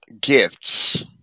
gifts